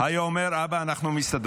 היה אומר: אבא, אנחנו מסתדרים,